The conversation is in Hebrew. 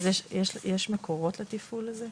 יש מקורות לתפעול הזה?